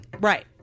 Right